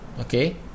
okay